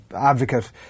advocate